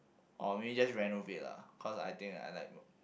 or maybe just renovate lah cause I think I like